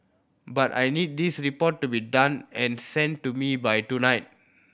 but I need this report to be done and sent to me by tonight